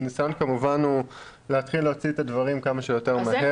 הניסיון כמובן הוא להתחיל להוציא את הדברים כמה שיותר מהר.